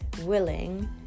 willing